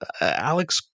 Alex